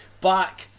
Back